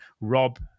Rob